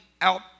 out